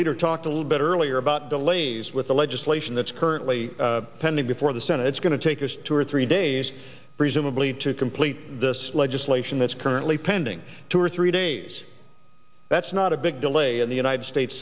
leader talked a little bit earlier about delays with the legislation that's currently pending before the senate it's going to take us two or three days presumably to complete this legislation that's currently pending two or three days that's not a big delay in the united states